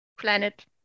planet